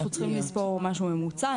אנחנו צריכים לספור משהו ממוצע.